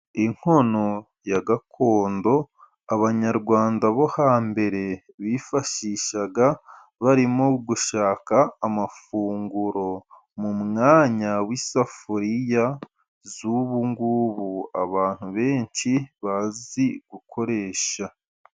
Inkono ya gakondo abanyarwanda bo hambere bifashishaga barimo gushaka amafunguro mu mwanya w'isafuriya z'ubu. Abantu benshi bazi gukoresha.